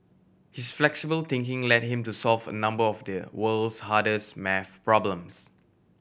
his flexible thinking led him to solve a number of the world's hardest maths problems